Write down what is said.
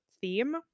theme